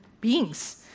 beings